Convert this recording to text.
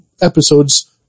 episodes